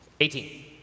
Eighteen